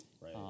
Right